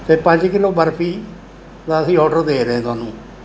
ਅਤੇ ਪੰਜ ਕਿੱਲੋ ਬਰਫ਼ੀ ਦਾ ਅਸੀਂ ਔਰਡਰ ਦੇ ਰਹੇ ਤੁਹਾਨੂੰ